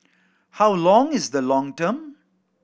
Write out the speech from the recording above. how long is the long term